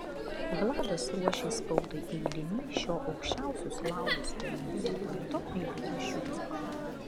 vladas ruošė spaudai eilinį šio aukščiausius laurus pelniusio poeto eilėraščių ciklą